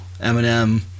Eminem